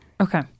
Okay